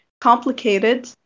complicated